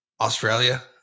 Australia